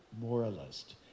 moralist